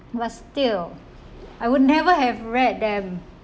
but still I would never have read them